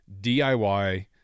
DIY –